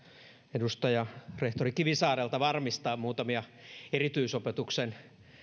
edustaja rehtori kivisaarelta varmistaa muutamia erityisopetuksen